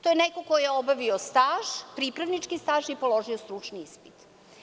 To je neko ko je obavio staž, pripravnički staž i položio stručni ispit.